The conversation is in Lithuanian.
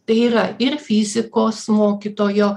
tai yra ir fizikos mokytojo